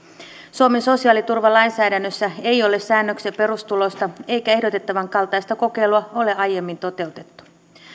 suomen sosiaaliturvalainsäädännössä ei ole säännöksiä perustulosta eikä ehdotettavan kaltaista kokeilua ole aiemmin toteutettu